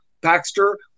Baxter